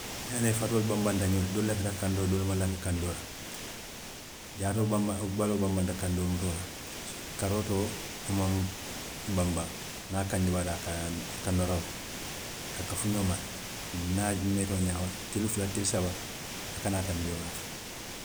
I ye ba loŋ i fatoolu banbanta ñoŋ ti le, doolu lafita kandoo la doolu maŋ lafi kandoo la, jaatoo banbata kandoo mutoo la, karootoo a maŋ banbaŋ niŋ a kandi baata, a ka noro le, a ka kafu ñooma le ni ŋ a meeta wo ñaama, tili fula, tili saba, a kana tanbi wo la